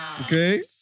Okay